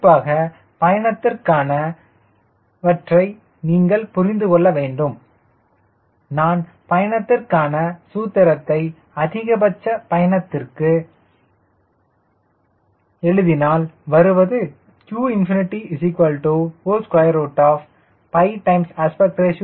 குறிப்பாக பயணத்திற்கான அவற்றை நீங்கள் புரிந்து கொள்ள வேண்டும் நான் பயணத்திற்கான சூத்திரத்தை அதிகபட்ச பயண தூரத்திற்கு எழுதினால் வருவது qAReCDO